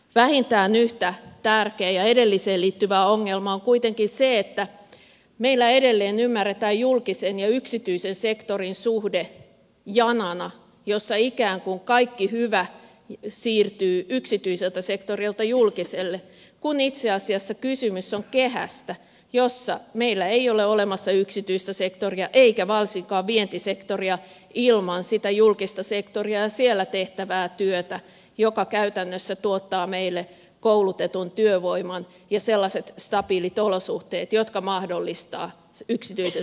vähintään yhtä tärkeä ja edelliseen liittyvä ongelma on kuitenkin se että meillä edelleen ymmärretään julkisen ja yksityisen sektorin suhde janana jossa ikään kuin kaikki hyvä siirtyy yksityiseltä sektorilta julkiselle kun itse asiassa kysymys on kehästä jossa meillä ei ole olemassa yksityistä sektoria eikä varsinkaan vientisektoria ilman julkista sektoria ja siellä tehtävää työtä joka käytännössä tuottaa meille koulutetun työvoiman ja sellaiset stabiilit olosuhteet jotka mahdollistavat yksityisen sektorin tuotannon